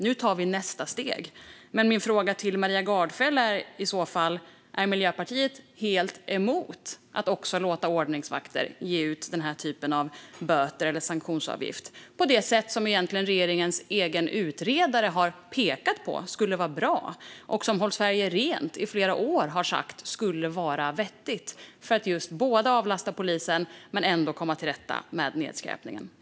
Nu tar vi nästa steg. Min fråga till Maria Gardfjell är: Är Miljöpartiet helt emot att också låta ordningsvakter ge ut den här typen av böter eller sanktionsavgift? Detta är något som regeringens egen utredare har pekat på som en åtgärd som skulle vara bra och något som Håll Sverige Rent i flera år har sagt skulle vara vettigt för att både avlasta polisen och komma till rätta med nedskräpningen.